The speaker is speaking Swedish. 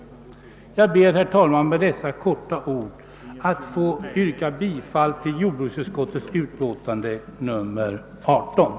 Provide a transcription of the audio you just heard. Herr talman! Med dessa ord ber jag att få yrka bifall till jordbruksutskottets hemställan i utlåtande nr 138.